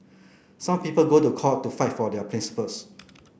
some people go to court to fight for their principles